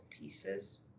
pieces